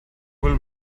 will